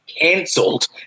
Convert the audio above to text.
Cancelled